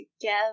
together